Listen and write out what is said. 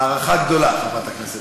הערכה גדולה, חברת הכנסת